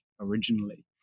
originally